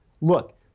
look